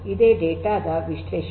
ಇದೇ ಡೇಟಾ ದ ವಿಶ್ಲೇಷಣೆ